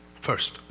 first